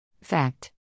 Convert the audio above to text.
fact